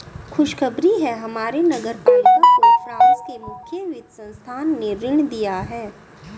खुशखबरी है हमारे नगर पालिका को फ्रांस के मुख्य वित्त संस्थान ने ऋण दिया है